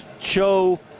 show